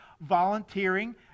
Volunteering